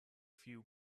few